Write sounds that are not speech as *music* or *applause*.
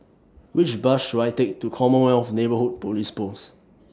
Which Bus should I Take to Commonwealth Neighbourhood Police Post *noise*